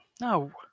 No